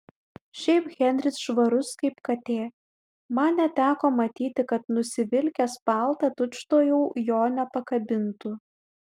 šiaip henris švarus kaip katė man neteko matyti kad nusivilkęs paltą tučtuojau jo nepakabintų